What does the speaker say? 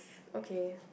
okay